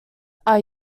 are